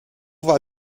war